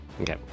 Okay